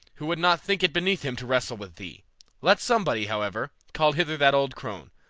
who would not think it beneath him to wrestle with thee let somebody, however, call hither that old crone,